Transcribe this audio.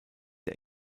der